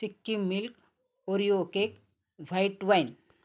Sikkim milk Oreo cake white wine